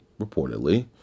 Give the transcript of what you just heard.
reportedly